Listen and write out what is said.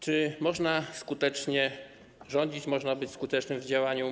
Czy można skutecznie rządzić, można być skutecznym w działaniu?